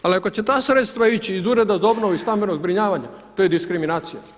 Ali ako će ta sredstva ići iz Ureda za obnovu i stambeno zbrinjavanje, to je diskriminacija.